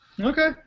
Okay